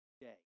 day